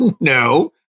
No